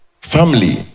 family